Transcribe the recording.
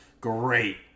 great